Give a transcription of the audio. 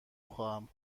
خواهم